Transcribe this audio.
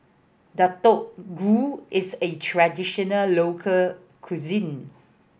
Deodeok Gui is a traditional local cuisine